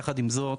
יחד עם זאת,